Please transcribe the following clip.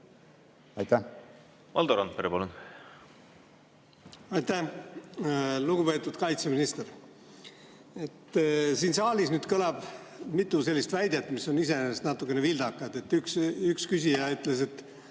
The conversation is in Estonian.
seotud. Valdo Randpere, palun! Aitäh! Lugupeetud kaitseminister! Siin saalis on kõlanud mitu sellist väidet, mis on iseenesest natuke vildakad. Üks küsija ütles, et